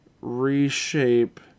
reshape